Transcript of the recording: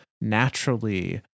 naturally